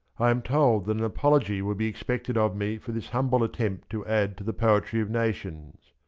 i am told that an apology will be expected of me for this humhlt attempt to add to the poetry of nations.